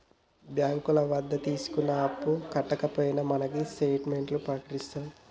బ్యాంకుల వద్ద తీసుకున్న అప్పు కట్టకపోయినా మనకు స్టేట్ మెంట్లను ప్రకటిత్తారు